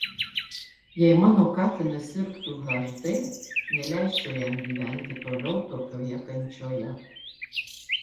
jei mano katinas sirgtų hd neleisčiau jam gyventi toliau tokioje kančioje